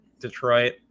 Detroit